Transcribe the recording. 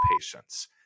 patients